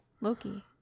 Loki